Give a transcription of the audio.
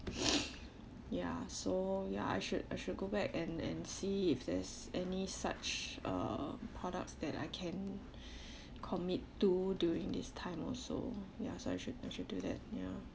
ya so ya I should I should go back and and see if there's any such uh products that I can commit to during this time also ya so I should I should do that ya